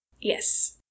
Yes